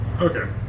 Okay